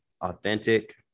Authentic